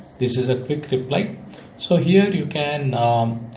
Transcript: this is a quick tip like so here you can um